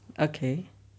okay